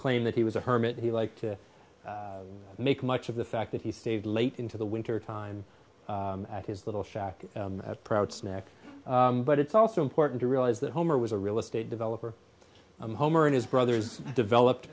claim that he was a hermit he liked to make much of the fact that he stayed late into the winter time at his little shack proud snack but it's also important to realize that homer was a real estate developer i'm homer and his brothers developed